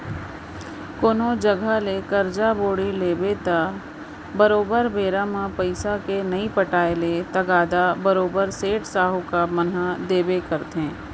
कोनो जघा ले करजा बोड़ी लेबे त बरोबर बेरा म पइसा के नइ पटाय ले तगादा बरोबर सेठ, साहूकार मन ह देबे करथे